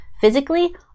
Physically